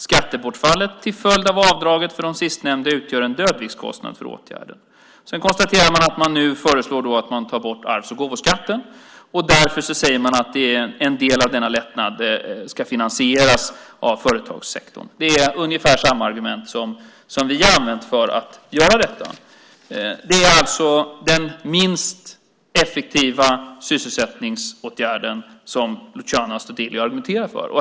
Skattebortfallet till följd av avdraget för de sistnämnda utgör en dödtidskostnad för åtgärder. Sedan konstaterar jag att man föreslår att arvs och gåvoskatten ska tas bort. En del av denna lättnad ska finansieras av företagssektorn. Det är ungefär samma argument som vi har använt för att göra detta. Det är alltså den minst effektiva sysselsättningsåtgärden som Luciano Astudillo argumenterar för.